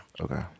Okay